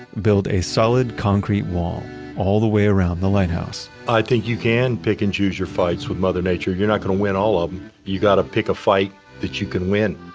build a solid concrete wall all the way around the lighthouse i think you can pick and choose your fights with mother nature. you're not going to win all um you got to pick a fight that you can win